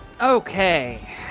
Okay